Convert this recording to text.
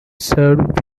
served